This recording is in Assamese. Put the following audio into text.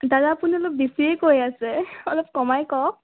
দাদা আপুনি অলপ বেছিয়ে কৈ আছে অলপ কমাই কওক